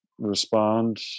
Respond